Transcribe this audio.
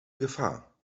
gefahr